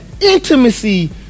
intimacy